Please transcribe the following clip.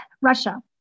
Russia